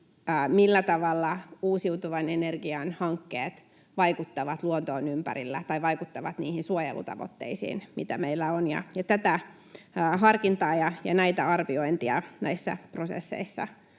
millä tavalla uusiutuvan energian hankkeet vaikuttavat luontoon ympärillä tai vaikuttavat niihin suojelutavoitteisiin, mitä meillä on, ja tätä harkintaa ja näitä arviointeja näissä prosesseissa